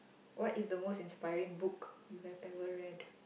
what is the most inspiring book you have ever read